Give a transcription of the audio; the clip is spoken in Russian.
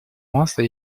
масло